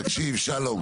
תקשיב, שלום.